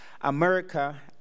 America